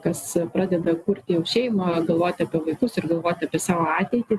kas pradeda kurti jau šeimą galvoti apie vaikus ir galvoti apie savo ateitį